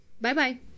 Bye-bye